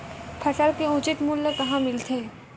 फसल के उचित मूल्य कहां मिलथे?